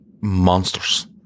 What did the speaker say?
monsters